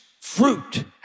fruit